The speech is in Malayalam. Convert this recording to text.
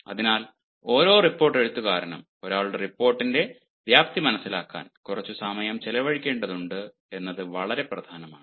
അതിനാൽ ഓരോ റിപ്പോർട്ട് എഴുത്തുകാരനും ഒരാളുടെ റിപ്പോർട്ടിന്റെ വ്യാപ്തി മനസിലാക്കാൻ കുറച്ച് സമയം ചെലവഴിക്കേണ്ടതുണ്ട് എന്നത് വളരെ പ്രധാനമാണ്